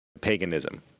paganism